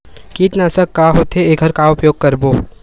कीटनाशक का होथे एखर का उपयोग करबो?